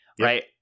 right